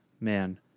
Man